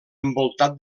envoltat